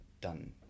done